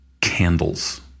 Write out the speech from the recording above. candles